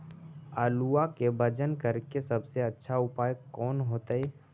आलुआ के वजन करेके सबसे अच्छा उपाय कौन होतई?